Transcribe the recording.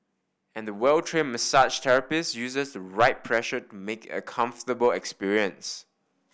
and the well trained massage therapist uses the right pressure to make it a comfortable experience